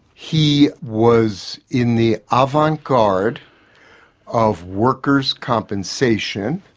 he was in the avant-garde of workers compensation,